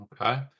Okay